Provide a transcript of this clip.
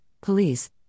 police